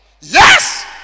yes